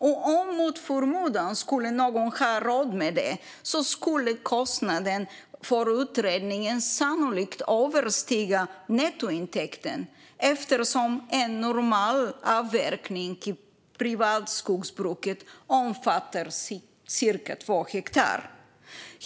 Och om någon mot förmodan skulle ha råd med det skulle kostnaden för utredningen sannolikt överstiga nettointäkten, eftersom en normal avverkning i privatskogsbruket omfattar cirka två hektar.